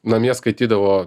namie skaitydavo